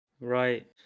Right